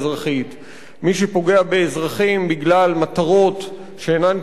מי שפוגע באזרחים בגלל מטרות שאינן קשורות אליהם,